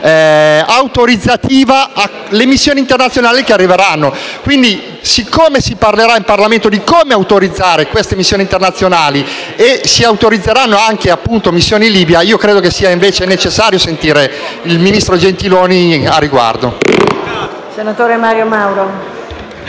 autorizzativa alle missioni internazionali che verranno. Siccome si parlera in Parlamento di come autorizzare queste missioni internazionali, e si autorizzeranno anche missioni in Libia, io ritengo sia necessario ascoltare il ministro Gentiloni al riguardo.